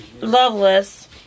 Loveless